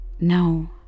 No